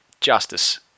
justice